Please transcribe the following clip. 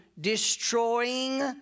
destroying